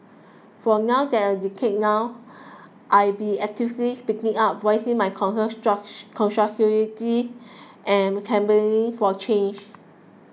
for a decade now I've been actively speaking up voicing my concerns constructively and campaigning for a change